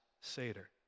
Seder